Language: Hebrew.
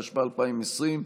התשפ"א 2020,